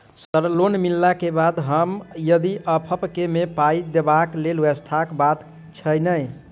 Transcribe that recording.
Sir loan मिलला केँ बाद हम यदि ऑफक केँ मे पाई देबाक लैल व्यवस्था बात छैय नै?